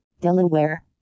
Delaware